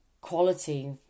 quality